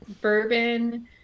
bourbon